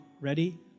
Ready